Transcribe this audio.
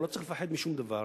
ולא צריך לפחד משום דבר.